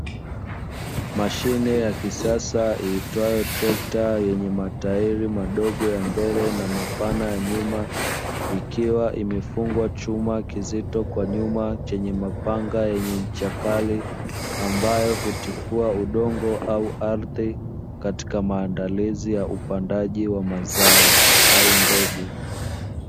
Mashine ya kisasa iitwayo trekta yenye matairi madogo ya mbele na mapana ya nyuma, ikiwa imefungwa chuma kizito kwa nyuma chenye mapanga yenye cha kali, ambayo hutifua udongo au ardhi katika maandalizi ya upandaji wa mazao au mbegu.